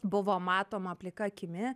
buvo matoma plika akimi